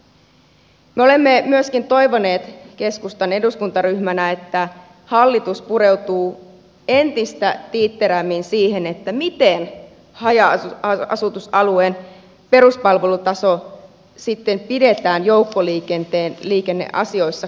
me olemme myöskin toivoneet keskustan eduskuntaryhmänä että hallitus pureutuu entistä tiitterämmin siihen miten haja asutusalueen peruspalvelutaso sitten pidetään joukkoliikenneasioissa kunnossa